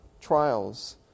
trials